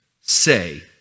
say